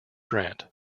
grant